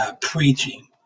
preaching